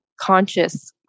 conscious